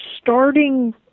starting